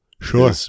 Sure